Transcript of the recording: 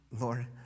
Lord